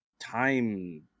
time